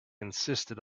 insisted